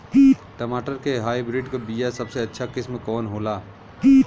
टमाटर के हाइब्रिड क बीया सबसे अच्छा किस्म कवन होला?